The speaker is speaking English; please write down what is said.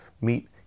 meet